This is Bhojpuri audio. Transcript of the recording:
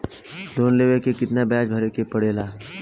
लोन के कितना ब्याज भरे के पड़े ला?